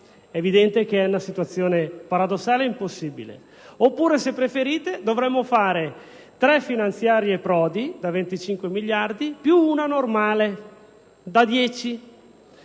È evidente che si tratta di una situazione paradossale e impossibile. Oppure, se preferite, dovremmo fare tre «finanziarie Prodi» da 25 miliardi di euro, più una normale da